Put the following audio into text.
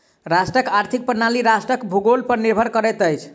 राष्ट्रक आर्थिक प्रणाली राष्ट्रक भूगोल पर निर्भर करैत अछि